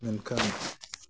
ᱢᱮᱱᱠᱷᱟᱱ